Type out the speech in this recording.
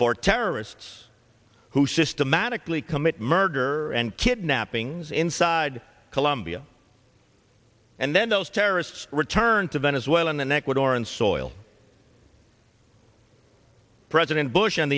for terrorists who systematically commit murder and kidnapping xin side colombia and then those terrorists returned to venezuela and ecuador and soil president bush